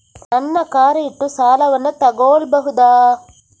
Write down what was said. ನನ್ನ ಕಾರ್ ಇಟ್ಟು ಸಾಲವನ್ನು ತಗೋಳ್ಬಹುದಾ?